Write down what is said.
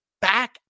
back